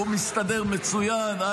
הוא מסתדר מצוין.